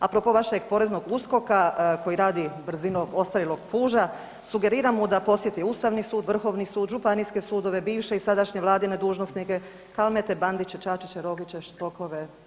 Apropo vašeg poreznog USKOK-a koji radi brzinom ostarjelog puža sugeriram mu da posjeti Ustavni sud, Vrhovni sud, županijske sudove, bivše i sadašnje Vladine dužnosnike, Kalmete, Bandića, Čačića, Rogića,